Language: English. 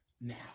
now